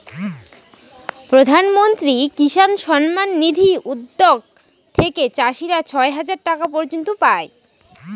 প্রধান মন্ত্রী কিষান সম্মান নিধি উদ্যাগ থেকে চাষীরা ছয় হাজার টাকা পর্য়ন্ত পাই